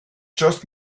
just